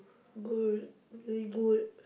good very good